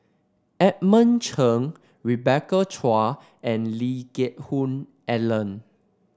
Edmund Cheng Rebecca Chua and Lee Geck Hoon Ellen